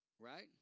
Right